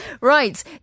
Right